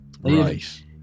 Right